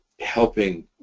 helping